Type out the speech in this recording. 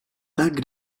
tak